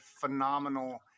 phenomenal